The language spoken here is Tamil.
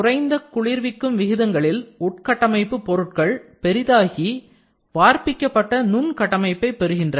குறைந்த குளிர்விக்கும் விகிதங்களில் உள்கட்டமைப்பு பொருட்கள் பெரிதாகி வார்பிக்கப்பட்ட நுண் கட்டமைப்பை பெறுகின்றன